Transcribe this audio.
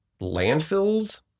landfills